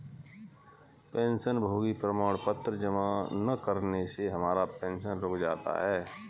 पेंशनभोगी प्रमाण पत्र जमा न करने से हमारा पेंशन रुक जाता है